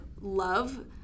love